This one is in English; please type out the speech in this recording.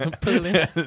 pulling